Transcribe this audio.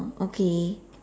okay